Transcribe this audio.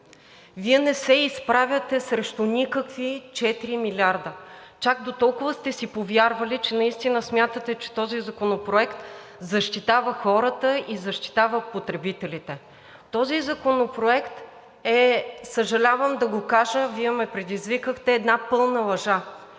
Вие не се изправяте срещу никакви четири милиарда. Чак дотолкова сте си повярвали, че наистина смятате, че този законопроект защитава хората и защитава потребителите. Този законопроект, съжалявам да го кажа, Вие ме предизвикахте, е една пълна лъжа.